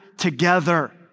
together